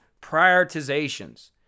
prioritizations